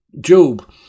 Job